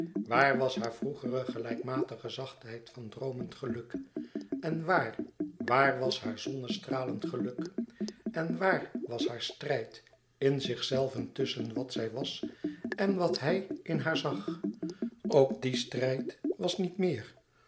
waar was haar vroegere gelijkmatige zachtheid van droomend geluk en waar waar was haar zonnestralend geluk en waar was haar strijd in zichzelve tusschen wat zij was en wat hij in haar zag ook die strijd was niet meer